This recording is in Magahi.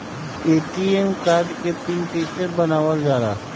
ए.टी.एम कार्ड के पिन कैसे बनावल जाला?